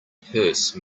purse